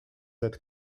être